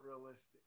realistic